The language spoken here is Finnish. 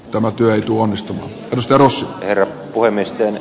tämä työ tuomisto kustannus ero puhemiesten